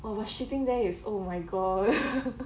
!wah! but shitting there is oh my god